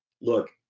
look